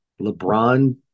LeBron